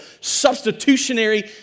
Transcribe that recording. substitutionary